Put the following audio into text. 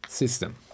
system